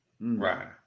right